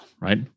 right